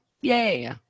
yay